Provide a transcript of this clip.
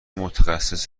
متخصص